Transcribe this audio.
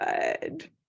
good